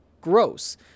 gross